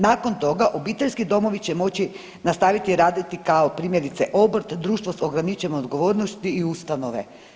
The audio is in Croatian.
Nakon toga obiteljski domovi će moći nastaviti raditi kao primjerice obrt, društvo sa ograničenom odgovornosti i ustanove.